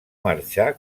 marxar